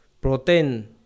Protein